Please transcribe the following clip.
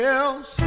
else